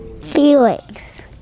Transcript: Felix